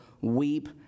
weep